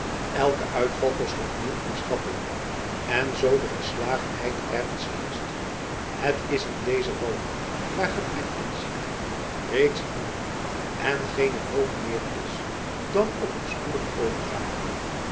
elke uitval kost opnieuw ons dapperen en zoo de verslagenheid ergens heerscht het is in deze wallen waar gebrek en ziekte reeds woeden en geene hoop meer is dan op een spoedige overgave